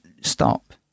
stop